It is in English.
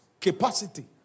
capacity